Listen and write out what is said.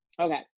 Okay